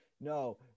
no